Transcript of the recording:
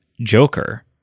Joker